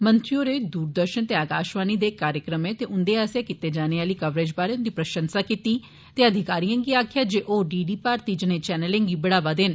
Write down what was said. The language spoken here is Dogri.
मंत्री होरें दूरदर्शन ते आकाशवाणी दे कार्यक्रमें ते उंदे आस्सेआ कीती जाने आले कवरेज़ बारै उंदी प्रशंसा कीती ते अधिकारिए गी आक्खेआ जे ओह् डी डी भारतीय जनेह् चैनलें गी बढ़ावा देन